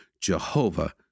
Jehovah